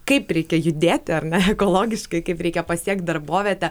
kaip reikia judėti ar ne ekologiškai kaip reikia pasiekt darbovietę